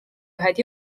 ühed